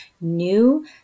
new